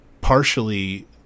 partially